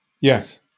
Yes